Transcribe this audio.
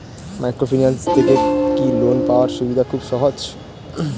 Microfinance থেকে কি loan পাওয়ার সুবিধা খুব সহজ?